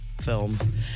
film